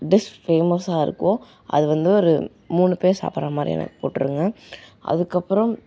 dish ஃபேமஸாக இருக்கோ அது வந்து ஒரு மூணு பேர் சாப்பிட்ற மாதிரி எனக்கு போட்டுருங்க அதுக்கப்புறம்